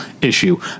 issue